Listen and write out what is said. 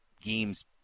games